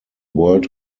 world